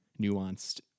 nuanced